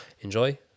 Enjoy